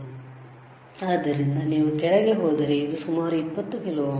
ಆದ್ದರಿಂದ ನೀವು ಕೆಳಗೆ ಹೋದರೆ ಇದು ಸುಮಾರು 20 ಕಿಲೋ ಓಮ್ಗಳು